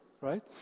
right